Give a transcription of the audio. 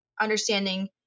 understanding